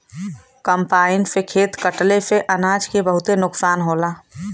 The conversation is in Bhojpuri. कम्पाईन से खेत कटले से अनाज के बहुते नुकसान होला